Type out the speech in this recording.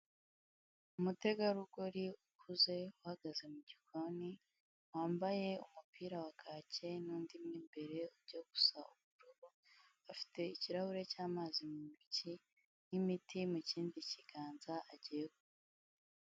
Umutegarugori ukuze, uhagaze mu gikoni, wambaye umupira wa kake n'undi mo imbere ujya gusa ubururu, afite ikirahure cy'amazi mu ntoki n'imiti mu kindi kiganza agiy kunywa.